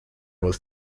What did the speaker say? was